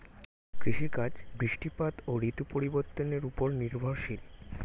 কৃষিকাজ বৃষ্টিপাত ও ঋতু পরিবর্তনের উপর নির্ভরশীল